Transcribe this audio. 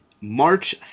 March